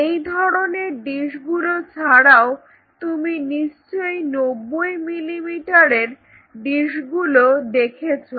এই ধরনের ডিস গুলো ছাড়াও তুমি নিশ্চয়ই নব্বই মিলিমিটারের ডিস গুলো দেখেছো